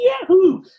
yahoo